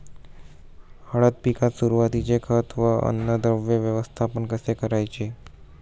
हळद पिकात सुरुवातीचे खत व अन्नद्रव्य व्यवस्थापन कसे करायचे?